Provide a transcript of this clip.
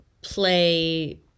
play –